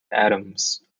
adams